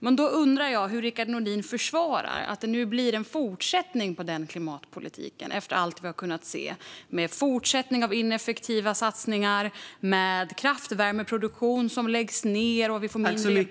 Men jag undrar hur Rickard Nordin försvarar att det nu blir en fortsättning på denna klimatpolitik efter allt vi har kunnat se med fortsatt ineffektiva satsningar, kraftvärmeproduktion som läggs ned och mindre elproduktion i Sverige.